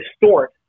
distort